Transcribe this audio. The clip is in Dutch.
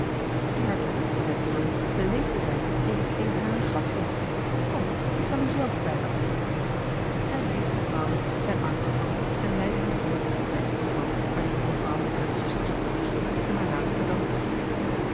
die haar toch niet beletten zullen beleefd te zijn jegens een harer gasten kom ik zal u zelf bij haar brengen en reeds had maurits zijn arm gevat en leidde hem voort tot bij den divan waar de jonge vrouw met hare zuster zat te rusten na haar laatsten dans